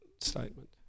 statement